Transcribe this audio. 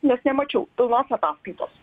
nes nemačiau pilnos ataskaitos